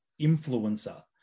influencer